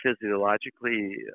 physiologically